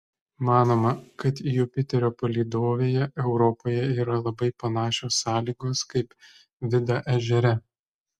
manoma kad jupiterio palydovėje europoje yra labai panašios sąlygos kaip vida ežere